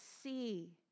see